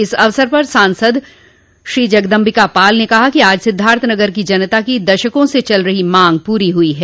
इस अवसर पर सांसद श्री जगदम्बिका पाल ने कहा कि आज सिद्धार्थनगर की जनता की दशकों से चल रही मांग पूरी हुई है